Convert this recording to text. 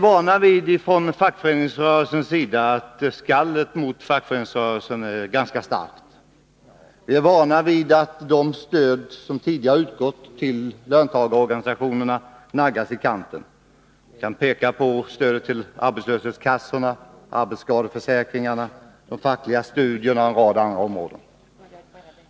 Från fackföreningsrörelsens sida är vi vana vid att skallet mot fackföreningsrörelsen är ganska starkt. Vi är vana vid att det stöd som tidigare utgått till löntagarorganisationerna naggas i kanten. Jag kan peka på stödet till arbetslöshetskassorna, arbetsskadeförsäkringarna, de fackliga studierna och en rad andra områden.